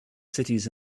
cities